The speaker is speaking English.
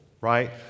right